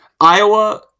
Iowa